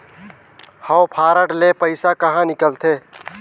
हव कारड ले पइसा कहा निकलथे?